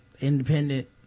independent